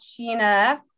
Sheena